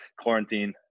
quarantine